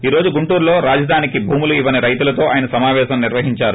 ఈ రోజు గుంటూరులో రాజధానికి భూములు ఇవ్వని రైతులతో ఆయన సమాపేశం నిర్వహించారు